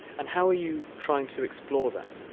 and how are you trying to explore that?